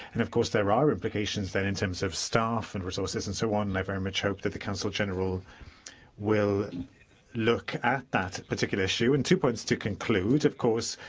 and of course, there are implications then in terms of staff and resources and so on, and i very much hope that the counsel general will and look at that particular issue. then, two points to conclude of course,